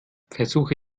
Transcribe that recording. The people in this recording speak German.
versuche